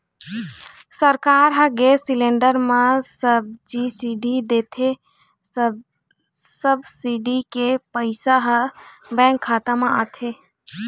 सरकार ह gas cylinder म सब्सिडी देथे, सब्सिडी के पइसा ह बेंक खाता म आथे